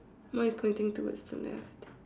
mine is pointing towards the left